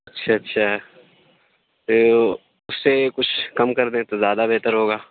اچھا اچھا تو اُس سے کچھ کم کر دیں تو زیادہ بہتر ہوگا